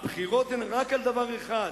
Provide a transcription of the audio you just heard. הבחירות הן רק על דבר אחד,